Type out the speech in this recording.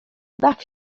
baw